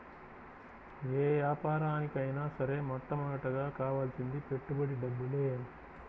యే యాపారానికైనా సరే మొట్టమొదటగా కావాల్సింది పెట్టుబడి డబ్బులే